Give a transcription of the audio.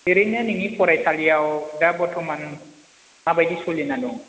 ओरैनो नोंनि फरायसालियाव दा बरथ'मान माबायदि सोलिनानै दं